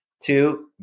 two